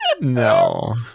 no